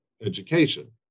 education